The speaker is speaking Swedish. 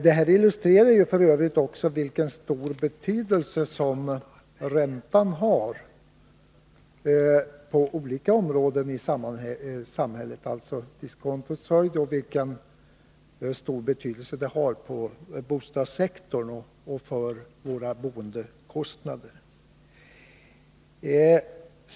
Det här illustrerar f. ö. också vilken stor betydelse diskontots höjd har på olika områden i samhället, bl.a. för bostadssektorn och för boendekostnaderna.